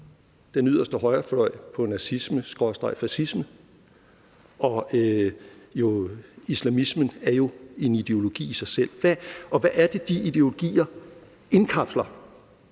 den yderste højrefløj på nazisme/fascisme, og islamismen er jo ideologi i sig selv. Og hvad er det, de ideologier indkapsler,